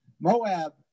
moab